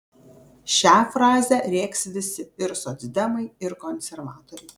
šią frazę rėks visi ir socdemai ir konservatoriai